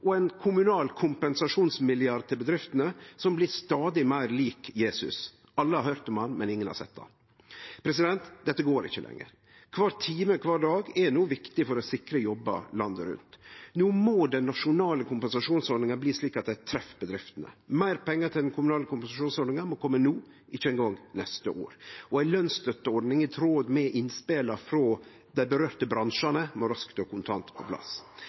og ein kommunal kompensasjonsmilliard til bedriftene, som blir stadig meir lik Jesus – alle har høyrt om han, men ingen har sett han. Dette går ikkje lenger. Kvar time kvar dag er no viktig for å sikre jobbar landet rundt. No må den nasjonale kompensasjonsordninga bli slik at ho treffer bedriftene. Meir pengar til den kommunale kompensasjonsordninga må kome no, ikkje ein gong neste år. Og ei lønsstøtteordning i tråd med innspela frå dei bransjane som blir ramma, må raskt og kontant på plass.